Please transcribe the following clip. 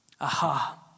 Aha